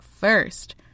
first